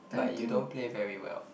but you don't play very well